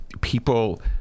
people